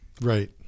right